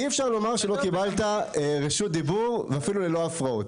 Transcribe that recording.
אי אפשר לומר שלא קיבלת רשות דיבור ואפילו ללא הפרעות.